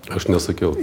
aš nesakiau